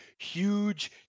Huge